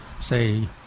say